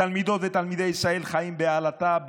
תלמידות ותלמידי ישראל חיים בעלטה,